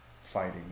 fighting